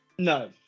No